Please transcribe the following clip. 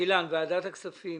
אילן, ועדת הכספים,